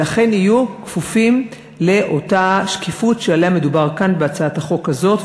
ולכן יהיו כפופים לאותה שקיפות שעליה מדובר כאן בהצעת החוק הזאת.